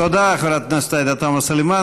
תודה לחברת הכנסת עאידה תומא סלימאן.